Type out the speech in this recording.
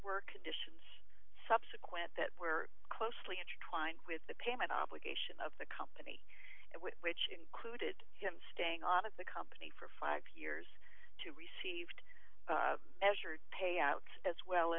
were conditions subsequent that were closely intertwined with the payment obligation of the company which included him staying on of the company for five years to received measured payouts as well